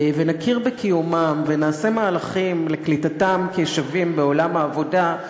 ונכיר בקיומם ונעשה מהלכים לקליטתם כשווים בעולם העבודה,